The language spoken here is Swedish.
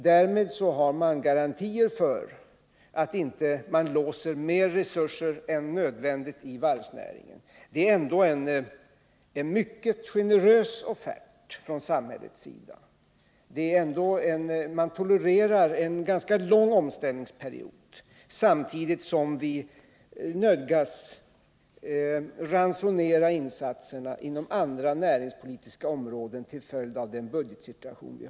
Därmed finns garantier för att inte mer resurser än nödvändigt låses i varvsnäringen. Det är ändå fråga om en mycket generös offert från samhällets sida. Vi tolererar en ganska lång omställningsperiod, samtidigt som vi nödgas ransonera insatserna inom andra näringspolitiska områden till följd av den rådande budgetsituationen.